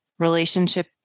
relationship